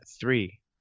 three